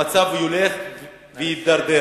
המצב ילך ויידרדר.